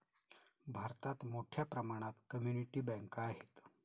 भारतात मोठ्या प्रमाणात कम्युनिटी बँका आहेत